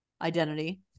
identity